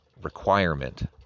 requirement